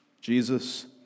Jesus